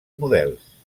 models